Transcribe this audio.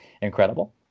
incredible